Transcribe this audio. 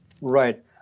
Right